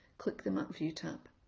click the map view tab.